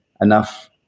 enough